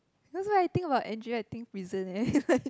cause I think about Angela I think prison eh